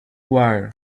wire